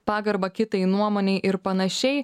pagarbą kitai nuomonei ir panašiai